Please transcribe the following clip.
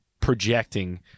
projecting